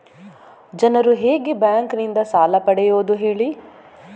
ಜನರು ಹೇಗೆ ಬ್ಯಾಂಕ್ ನಿಂದ ಸಾಲ ಪಡೆಯೋದು ಹೇಳಿ